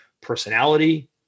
personality